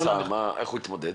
איך הוא התמודד?